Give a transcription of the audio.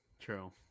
True